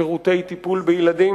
כמו שירותי טיפול בילדים,